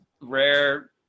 rare